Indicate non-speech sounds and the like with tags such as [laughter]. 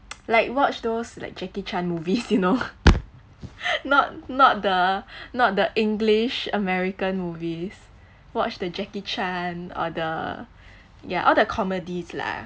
like watch those like jackie chan movies you know [laughs] not not the [breath] not the english american movies watch the jackie chan or the [breath] ya all the comedies lah